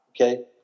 Okay